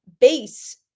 base